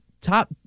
top